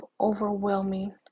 overwhelming